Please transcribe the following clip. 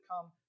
come